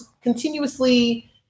continuously